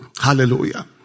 Hallelujah